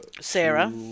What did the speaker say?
Sarah